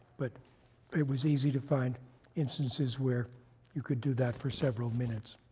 but it was easy to find instances where you could do that for several minutes?